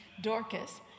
Dorcas